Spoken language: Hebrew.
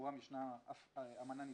שעבורם ישנה אמנה נפרדת.